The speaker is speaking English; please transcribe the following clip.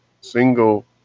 single